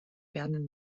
werden